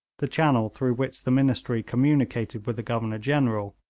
the channel through which the ministry communicated with the governor-general,